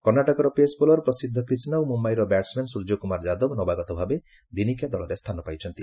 କର୍ଣ୍ଣାଟକର pace bowler Prasidh Krishna ଓ ମୁମ୍ଯାଇର ବ୍ୟାଟସ୍ମ୍ୟାନ ସ୍ୱର୍ଯ୍ୟକୁମାର ଯାଦବ ନବାଗତଭାବେ ଦିନିକିଆ ଦଳରେ ସ୍ଥାନ ପାଇଛନ୍ତି